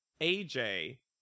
aj